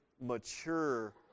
mature